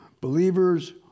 believers